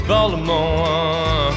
Baltimore